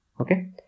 Okay